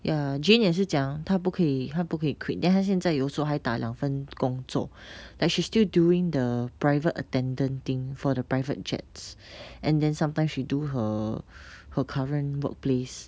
ya jean 也是讲她不可以他不可以 quit then 他现在有时候还打两份工作 like she's still doing the private attendant thing for the private jets and then sometimes she do her her current workplace